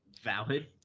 Valid